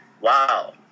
wow